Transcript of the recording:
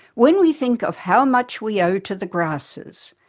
when we think of how much we owe to the grasses,